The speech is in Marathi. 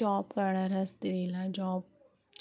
जॉब करणाऱ्या स्त्रीला जॉब